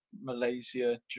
malaysia